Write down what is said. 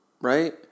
right